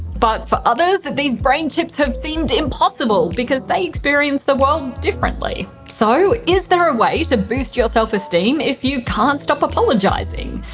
but for others that these brain tips have seemed impossible because they experience the world differently. so, is there a way to boost your self esteem if you can't stop apologising?